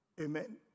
Amen